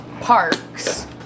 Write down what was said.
parks